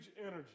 energy